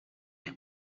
eich